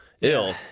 ill